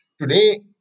Today